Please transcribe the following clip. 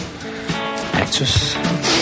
actress